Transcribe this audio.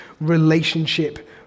relationship